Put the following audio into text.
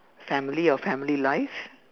family or family life